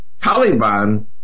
Taliban